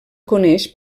coneix